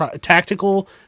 tactical